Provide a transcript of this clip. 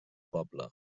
poble